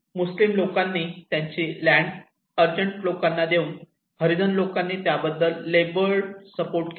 मुस्लिम लोकांनी त्यांची लँड अर्जंट लोकांना देऊन हरिजन लोकांनी त्याबदल्यात लेबर सपोर्ट केला